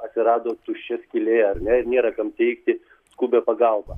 atsirado tuščia skylė ar ne ir nėra kam teikti skubią pagalbą